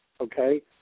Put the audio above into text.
okay